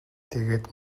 тэгээд